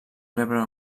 rebre